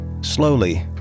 Slowly